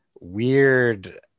weird